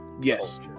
Yes